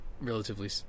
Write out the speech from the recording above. relatively